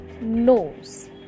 nose